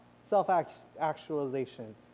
self-actualization